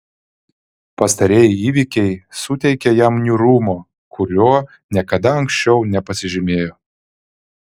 pastarieji įvykiai suteikė jam niūrumo kuriuo niekada anksčiau nepasižymėjo